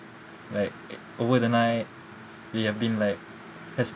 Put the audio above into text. like uh over the night we have been like as